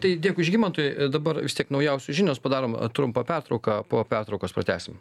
tai dėkui žygimantui dabar vis tiek naujausios žinios padarom trumpą pertrauką po pertraukos pratęsim